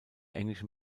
englischen